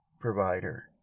provider